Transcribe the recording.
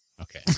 Okay